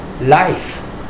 life